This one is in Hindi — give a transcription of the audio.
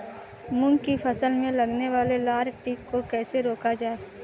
मूंग की फसल में लगने वाले लार कीट को कैसे रोका जाए?